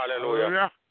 Hallelujah